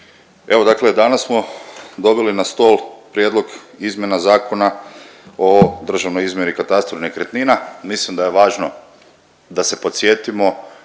evo dakle danas smo dobili na stol prijedlog izmjena Zakona o državnoj izmjeri i katastru nekretnina. Mislim da je važno da se podsjetimo